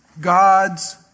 God's